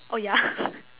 orh ya